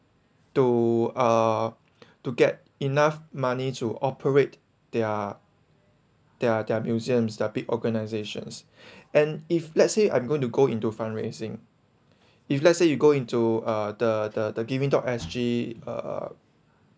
to uh to get enough money to operate their their their museums their big organisations and if let's say I'm going to go into fundraising if let's say you go into uh the the the giving dot_S_G uh